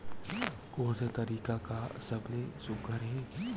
कोन से तरीका का सबले सुघ्घर हे?